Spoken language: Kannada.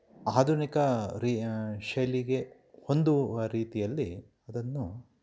ಆಧುನಿಕ ರಿ ಶೈಲಿಗೆ ಹೊಂದುವ ರೀತಿಯಲ್ಲಿ ಅದನ್ನು